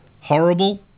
horrible